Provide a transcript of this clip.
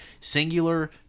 singular